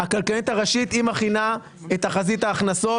הכלכלנית הראשית מכינה את תחזית ההכנסות,